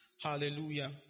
hallelujah